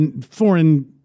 foreign